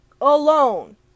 alone